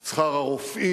את שכר הרופאים,